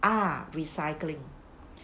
ah recycling